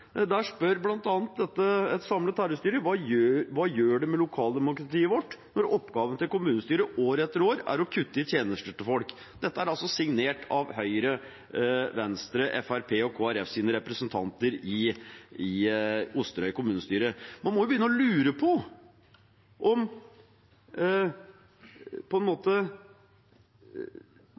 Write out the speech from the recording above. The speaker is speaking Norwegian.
spør bl.a. et samlet heradsstyre: Hva gjør det med lokaldemokratiet vårt når oppgaven til kommunestyret år etter år er å kutte i tjenester til folk? Dette er signert av Høyre, Venstre, Fremskrittspartiet og Kristelig Folkepartis representanter i Osterøy kommunestyre. Man må jo begynne å lure på om regjeringen og regjeringspartienes representanter her i Oslo på en måte